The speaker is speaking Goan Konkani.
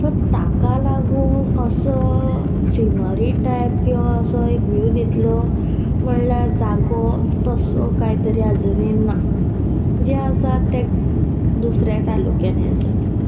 सो ताका लागून असो सिनरी टायप किंवां असो एक व्यू दितलो म्हणल्यार जागो तसो कांय तरी आजुनी ना जे आसात ते दुसऱ्या तालुक्यांनी आसात